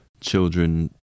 children